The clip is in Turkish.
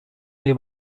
ayı